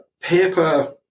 paper